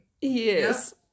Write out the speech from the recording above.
yes